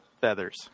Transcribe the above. feathers